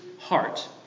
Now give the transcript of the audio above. heart